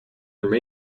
may